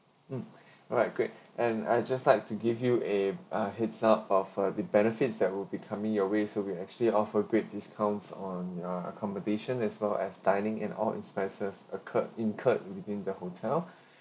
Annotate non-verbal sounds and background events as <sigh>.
mm <breath> alright great and I just like to give you a uh heads up of uh the benefits that will be coming your way so we actually offer great discounts on uh accommodations as well as dining in all expenses occurred incurred within the hotel <breath>